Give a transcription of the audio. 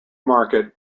market